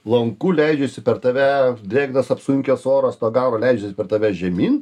lanku leidžiasi per tave drėgnas apsunkęs oras pagauna leidžiasi per tave žemyn